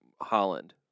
Holland